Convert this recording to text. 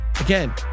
Again